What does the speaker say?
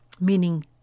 meaning